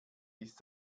ist